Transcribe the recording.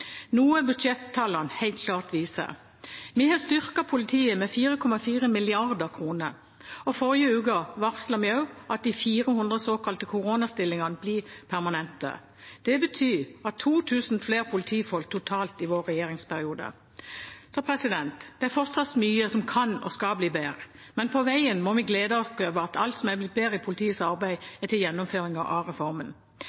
helt klart viser. Vi har styrket politiet med 4,4 mrd. kr, og forrige uke varslet vi også at de 400 såkalte koronastillingene blir permanente. Det betyr 2 000 flere politifolk totalt i vår regjeringsperiode. Det er fortsatt mye som kan og skal bli bedre, men på veien må vi glede oss over alt som er blitt bedre i politiets